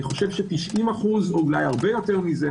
90% או יותר מזה,